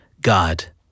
God